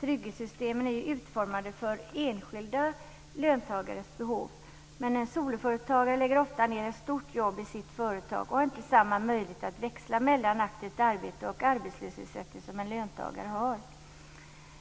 Trygghetssystemen är ju utformade för enskilda löntagares behov. En soloföretagare lägger ofta ned ett stort jobb i sitt företag och har inte samma möjlighet att växla mellan aktivt arbete och arbetslöshetsersättning som en löntagare har.